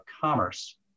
Commerce